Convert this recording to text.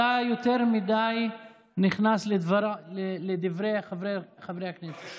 אתה יותר מדי נכנס לדברי חברי הכנסת.